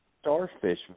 starfish